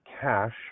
cash